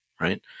right